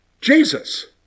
Jesus